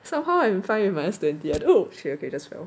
somehow I'm fine with my s twenty I don't okay okay just fell